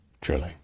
truly